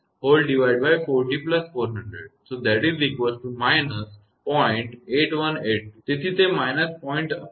તેથી તે − 0